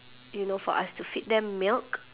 you know for us to feed them milk